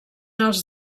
els